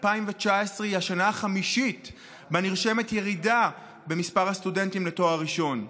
2019 היא השנה החמישית שבה נרשמת ירידה במספר הסטודנטים לתואר ראשון.